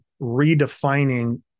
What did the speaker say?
redefining